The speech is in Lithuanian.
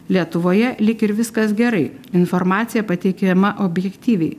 lietuvoje lyg ir viskas gerai informacija pateikiama objektyviai